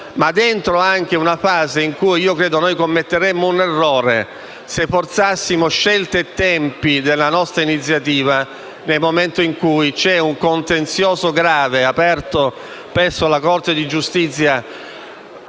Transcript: aperta e in una fase in cui credo che commetteremmo un errore se forzassimo scelte e tempi della nostra iniziativa, nel momento in cui c'è un grave contenzioso aperto presso la Corte di giustizia